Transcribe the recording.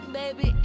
baby